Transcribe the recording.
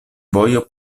vojo